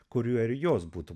kuriuo ir jos būtų